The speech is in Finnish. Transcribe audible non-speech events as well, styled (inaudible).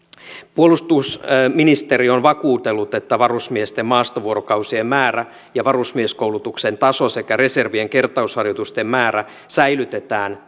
puolustusministeri on vakuutellut että varusmiesten maastovuorokausien määrä ja varusmieskoulutuksen taso sekä reservin kertausharjoitusten määrä säilytetään (unintelligible)